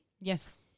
yes